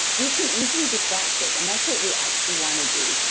we can easily distract it and that's what we actually want to do.